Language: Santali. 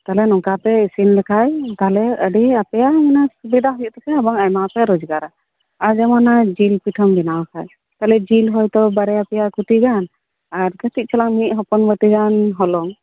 ᱛᱟᱦᱞᱮ ᱱᱚᱝᱠᱟᱯᱮ ᱤᱥᱤᱱ ᱞᱮᱠᱷᱟᱡ ᱛᱟᱦᱞᱮ ᱟᱯᱮᱭᱟᱝ ᱢᱟᱱᱮ ᱥᱩᱵᱤᱛᱟ ᱦᱩᱭᱩᱜ ᱛᱟᱯᱮᱭᱟ ᱮᱵᱚᱝ ᱟᱭᱢᱟ ᱯᱮ ᱨᱚᱡᱽᱜᱟᱨᱟ ᱟᱨ ᱡᱮᱢᱚᱱ ᱟᱢ ᱡᱤᱞ ᱯᱤᱴᱷᱟᱹᱢ ᱵᱮᱱᱟᱣ ᱠᱷᱟᱡ ᱛᱟᱦᱞᱮ ᱡᱤᱞ ᱦᱚᱭ ᱛᱚ ᱵᱟᱨᱭᱟ ᱯᱮᱭᱟ ᱠᱩᱴᱤ ᱜᱟᱱ ᱟᱨ ᱠᱟᱴᱤᱜ ᱪᱮᱞᱟᱝ ᱢᱤᱜ ᱦᱚᱯᱚᱱ ᱵᱟᱴᱤ ᱜᱟᱱ ᱦᱚᱞᱚᱝ